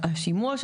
בסעיף 62 פסקה 3,